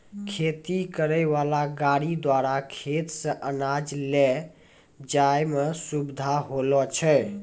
खेती करै वाला गाड़ी द्वारा खेत से अनाज ले जाय मे सुबिधा होलो छै